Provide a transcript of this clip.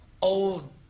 Old